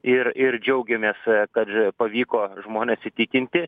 ir ir džiaugiamės kad pavyko žmones įtikinti